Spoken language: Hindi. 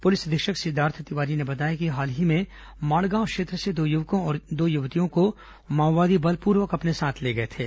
पुलिस अधीक्षक सिद्दार्थ तिवारी ने बताया कि हाल ही में माड़गांव क्षेत्र से दो युवकों और दो युवतियों को माओवादी बलपूर्वक अपने साथ ले गए थे